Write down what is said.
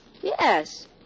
Yes